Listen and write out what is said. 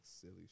silly